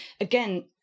again